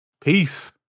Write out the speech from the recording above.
Peace